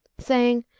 saying,